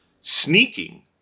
Sneaking